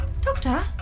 Doctor